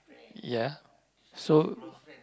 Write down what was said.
ya so